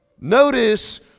Notice